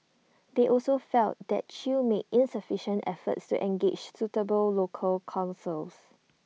they also felt that chew made insufficient efforts to engage suitable local counsels